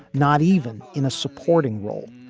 not even in a supporting role.